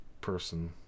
person